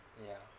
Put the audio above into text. ya